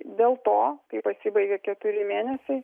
dėl to kai pasibaigia keturi mėnesiai